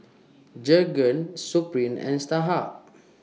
Jergens Supreme and Starhub